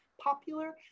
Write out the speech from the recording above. popular